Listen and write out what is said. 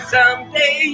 Someday